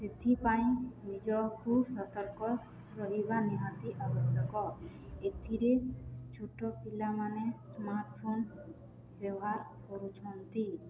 ସେଥିପାଇଁ ନିଜକୁ ସତର୍କ ରହିବା ନିହାତି ଆବଶ୍ୟକ ଏଥିରେ ଛୋଟ ପିଲାମାନେ ସ୍ମାର୍ଟଫୋନ୍ ବ୍ୟବହାର କରୁଛନ୍ତି